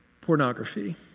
pornography